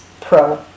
pro